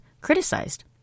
criticized